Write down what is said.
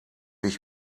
ich